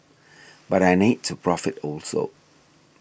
but I need to profit also